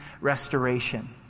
restoration